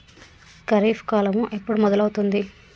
ఖరీఫ్ కాలం ఎప్పుడు మొదలవుతుంది?